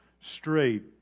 straight